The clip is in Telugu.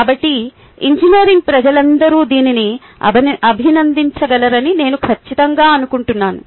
కాబట్టి ఇంజనీరింగ్ ప్రజలందరూ దీనిని అభినందించగలరని నేను ఖచ్చితంగా అనుకుంటున్నాను